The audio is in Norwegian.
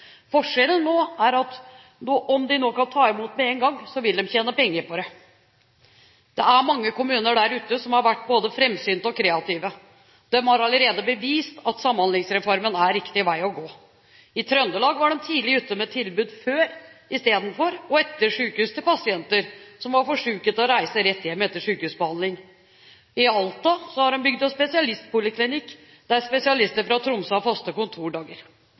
Forskjellen nå er at om de nå kan ta imot med en gang, vil de tjene penger på det. Det er mange kommuner der ute som har vært både framsynte og kreative. De har allerede bevist at Samhandlingsreformen er riktig vei å gå. I Trøndelag var de tidlig ute med tilbud før, i stedet for og etter sykehus til pasienter som var for syke til å reise rett hjem etter sykehusbehandling. I Alta har de bygd opp spesialistpoliklinikk der spesialister fra Tromsø har faste kontordager.